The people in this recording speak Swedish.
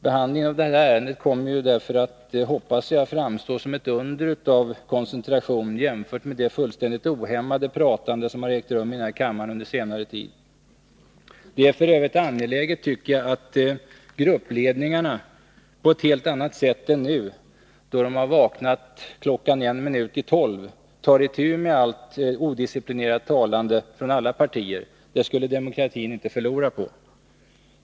Behandlingen av det här ärendet kommer därför, hoppas jag, att framstå som ett under av koncentration, jämfört med det fullständigt ohämmade pratande som ägt rum här i kammaren under senare tid. Det är f. ö. angeläget, tycker jag, att gruppledningarna på ett helt annat sätt än nu, då de har vaknat först klockan en minut i tolv, tar itu med allt odisciplinerat talande från alla partier. Det skulle demokratin inte förlora på.